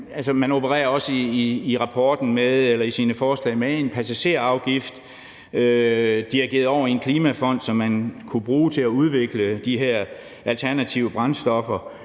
Man opererer også i rapporten eller i sine forslag med en passagerafgift dirigeret over i en klimafond, som man kunne bruge til at udvikle de her alternative brændstoffer.